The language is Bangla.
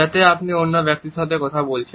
যাতে আপনি অন্য ব্যক্তির কথা বলছেন